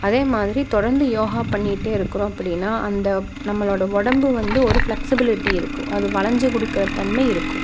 அதேமாதிரி தொடர்ந்து யோகா பண்ணிகிட்டே இருக்கிறோம் அப்படின்னா அந்த நம்மளோட உடம்பு வந்து ஒரு ஃப்ளெக்சிபிலிட்டி இருக்கும் அது வளைஞ்சி கொடுக்குற தன்மை இருக்கும்